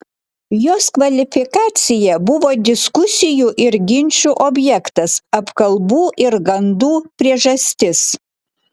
jos kvalifikacija buvo diskusijų ir ginčų objektas apkalbų ir gandų priežastis